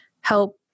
help